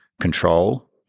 control